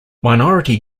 minority